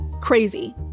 crazy